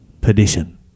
perdition